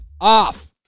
off